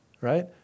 right